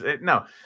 no